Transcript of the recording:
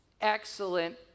excellent